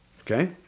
Okay